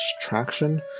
traction